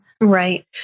Right